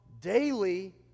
daily